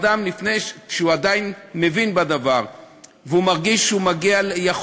אדם שעדיין מבין בדבר ומרגיש שהוא יכול